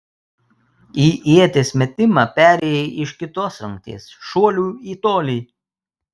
į ieties metimą perėjai iš kitos rungties šuolių į tolį